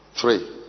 three